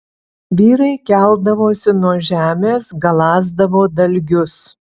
vyrai keldavosi nuo žemės galąsdavo dalgius